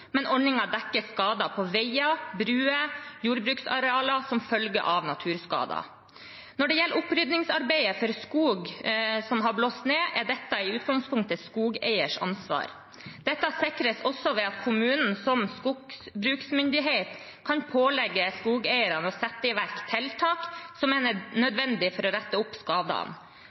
men ordningen dekker skader på veier, bruer og jordbruksarealer som følge av naturskader. Når det gjelder opprydningsarbeidet for skog som har blåst ned, er dette i utgangspunktet skogeiers ansvar. Dette sikres også ved at kommunen som skogbruksmyndighet kan pålegge skogeierne å sette i verk tiltak som er nødvendige for å rette opp skadene.